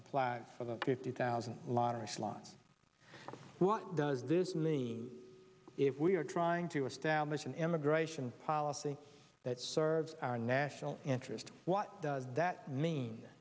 applied for the fifty thousand lottery slots what does this mean if we are trying to establish an immigration policy that serves our national interest what does that mean